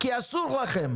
אני אגיד לך משהו,